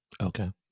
Okay